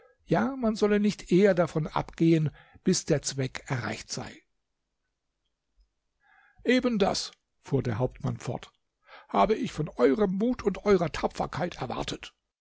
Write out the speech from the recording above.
ja man solle nicht eher davon abgehen bis der zweck erreicht sei eben das fuhr der hauptmann fort habe ich von eurem mut und eurer tapferkeit erwartet